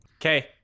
okay